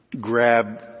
grab